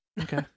Okay